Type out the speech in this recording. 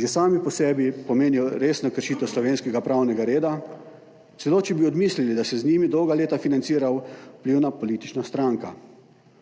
že sami po sebi pomenijo resno kršitev slovenskega pravnega reda, celo če bi odmislili, da se z njimi dolga leta financira vplivna politična stranka.